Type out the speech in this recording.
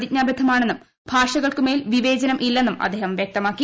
പ്രതിജ്ഞാ ബദ്ധമാണെന്നും ഭാഷകൾക്കുമേൽ വിവേചനം ഇല്ലെന്നും അദ്ദേഹം വ്യക്തമാക്കി